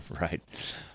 Right